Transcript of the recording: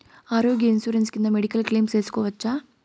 ఆరోగ్య ఇన్సూరెన్సు కింద medical claim సేసుకోవచ్చా?